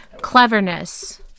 Cleverness